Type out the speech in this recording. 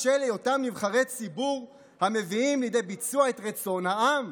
בשל היותם נבחרי ציבור המביאים לידי ביצוע את רצון העם,